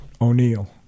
O'Neill